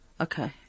Okay